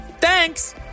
Thanks